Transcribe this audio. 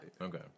Okay